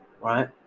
right